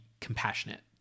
compassionate